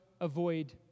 avoid